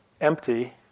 empty